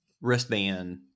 wristband